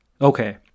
Okay